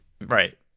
Right